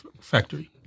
Factory